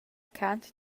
cant